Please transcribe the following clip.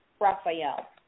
Raphael